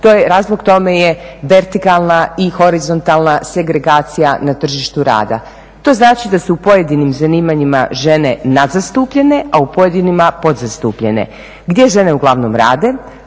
Razlog tome je vertikalna i horizontalna segregacija na tržištu rada. To znači da su u pojedinim zanimanjima žene nadzastupljene, a u pojedinim podzastupljene. Gdje žene uglavnom rade?